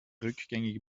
rückgängig